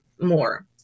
more